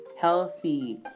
healthy